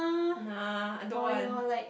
nah I don't want